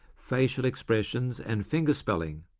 facial expressions, and finger spelling,